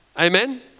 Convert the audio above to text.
Amen